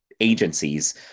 agencies